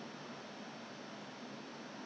mask I don't know ah I don't know lah got so many